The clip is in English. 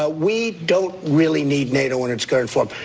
ah we don't really need nato in its current form.